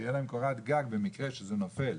שיהיה להם קורת גג במקרה שזה נופל.